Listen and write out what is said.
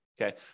okay